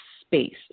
space